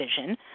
vision